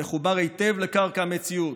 המחובר היטב לקרקע המציאות,